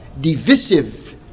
divisive